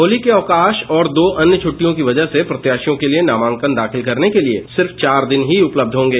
होली के अवकाश और दो अन्य छुट्टियां की वजह से प्रत्यााशियों के लिए नामांकन दाखिल करने के लिए सिर्फ चार दिन ही उपलब्ध होंगे